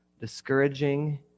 discouraging